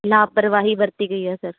ਲਾਪਰਵਾਹੀ ਵਰਤੀ ਗਈ ਆ ਸਰ